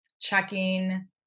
checking